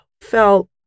felt